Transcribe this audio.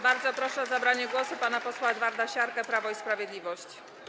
Bardzo proszę o zabranie głosu pana posła Edwarda Siarkę, Prawo i Sprawiedliwość.